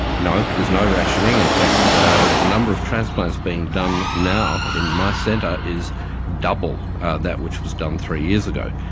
no, there's no rationing. in fact the the number of transplants being done now in my centre is double that which was done three years ago.